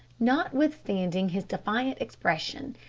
notwithstanding his defiant expression,